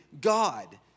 God